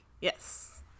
yes